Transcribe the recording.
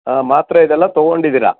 ಹಾಂ ಮಾತ್ರೆ ಇದೆಲ್ಲ ತಗೊಂಡಿದ್ದೀರ